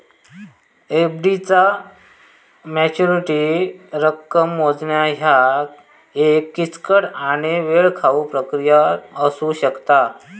FD चा maturity रक्कम मोजणा ह्या एक किचकट आणि वेळखाऊ प्रक्रिया असू शकता